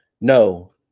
No